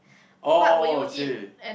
oh oh oh !chey!